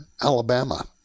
Alabama